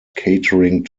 catering